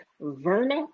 Verna